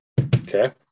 Okay